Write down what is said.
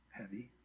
heavy